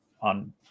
on